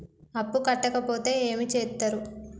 అప్పు కట్టకపోతే ఏమి చేత్తరు?